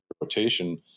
rotation